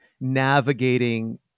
navigating